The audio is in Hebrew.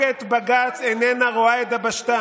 אתה לא רוצה